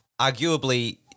arguably